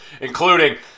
including